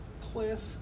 cliff